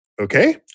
okay